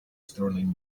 stirling